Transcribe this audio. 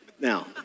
Now